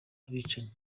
abicanyi